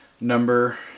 number